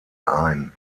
ein